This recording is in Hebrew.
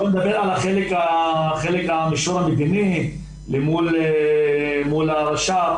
החלק של הרישום המדיני אל מול הרש"פ,